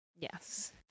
Yes